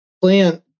plant